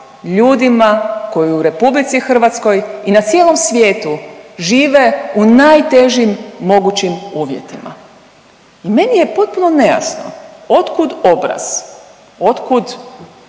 ljudima koji u RH i na cijelom svijetu žive u najtežim mogućim uvjetima. Meni je potpuno nejasno otkud obraz, otkud